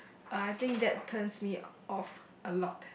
I think that turns me off a lot